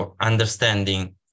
understanding